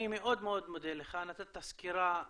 אני מאוד מאוד מודה לך, נתת סקירה עניינית,